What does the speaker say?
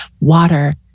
Water